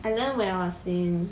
I learnt when I was in